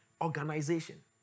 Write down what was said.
organization